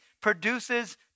produces